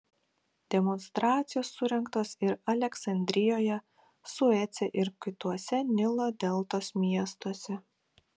demonstracijos surengtos ir aleksandrijoje suece ir kituose nilo deltos miestuose